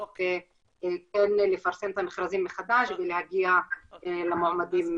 כן לפרסם את המכרזים מחדש ולהגיע למועמדים הנכונים.